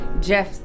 Jeff